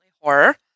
horror